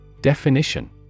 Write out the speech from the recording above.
Definition